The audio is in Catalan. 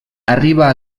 arriba